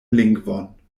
lingvon